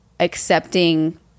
accepting